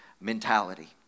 mentality